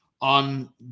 On